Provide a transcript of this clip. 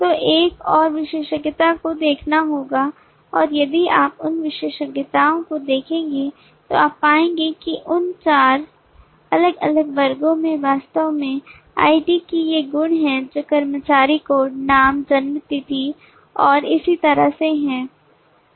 तो एक और विशेषता को देखना होगा और यदि आप उन विशेषताओं को देखेंगे तो आप पाएंगे कि इन 4 अलग अलग वर्गों में वास्तव में ID के ये गुण हैं जो कर्मचारी कोड नाम जन्म तिथि और इसी तरह से हैं